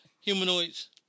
humanoids